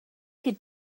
could